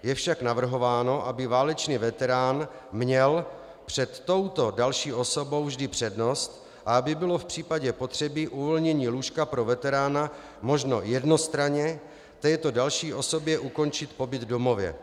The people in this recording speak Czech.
Je však navrhováno, aby válečný veterán měl před touto další osobou vždy přednost a aby bylo v případě potřeby uvolnění lůžka pro veterána možno jednostranně této další osobě ukončit pobyt v domově.